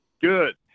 Good